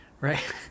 right